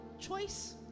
Choice